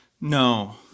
No